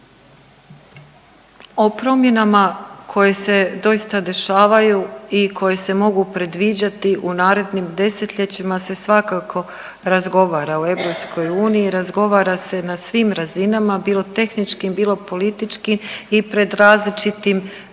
O promjenama koje se doista dešavaju i koje se mogu predviđati u narednim desetljećima se svakako razgovara u EU i razgovara se na svim razinama bilo tehničkim, bilo političkim i pred različitim